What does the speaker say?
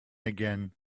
again